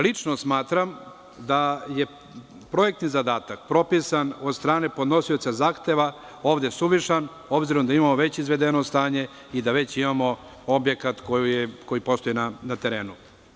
Lično smatram da je projektni zadatak propisan od strane podnosioca zahteva ovde suvišan, obzirom da imamo već izvedeno stanje i da već imamo objekat koji postoji na terenu.